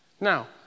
Now